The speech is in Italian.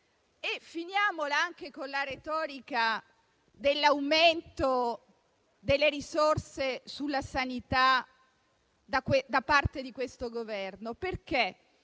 Finiamola anche con la retorica dell'aumento delle risorse sulla sanità da parte di questo Governo, perché